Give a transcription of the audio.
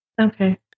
Okay